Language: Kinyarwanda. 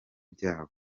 byabo